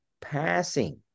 passing